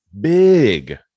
big